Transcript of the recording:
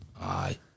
Aye